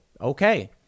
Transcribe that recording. okay